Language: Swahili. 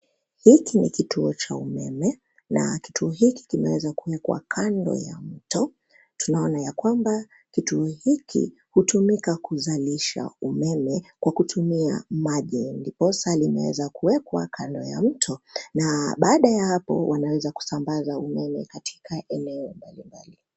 Hiki ni kituo cha umeme, na kituo hiki kimeweza kuekwa kando ya mto. Tunaona ya kwamba kituo hiki hutumika kuzalisha umeme kwa kutumia maji, ndiposa limeweza kuekwa kando ya mto, na baada ya hapo unaweza kusambaza umeme katika eneo mbalimbali.